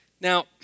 Now